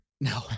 no